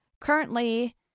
currently